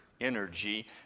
energy